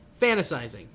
Fantasizing